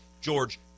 George